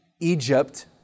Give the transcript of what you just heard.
Egypt